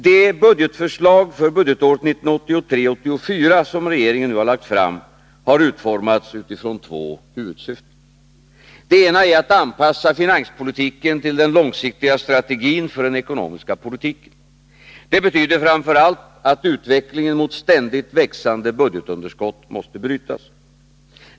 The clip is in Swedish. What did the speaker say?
Det budgetförslag för budgetåret 1983/84 som regeringen nu lagt fram har utformats utifrån två huvudsyften. Det ena är att anpassa finanspolitiken till den långsiktiga strategin för den ekonomiska politiken. Det betyder framför allt att utvecklingen mot ständigt växande budgetunderskott måste brytas.